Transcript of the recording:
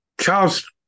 Charles